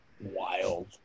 Wild